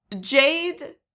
Jade